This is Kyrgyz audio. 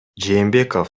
жээнбеков